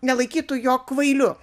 nelaikytų jo kvailiu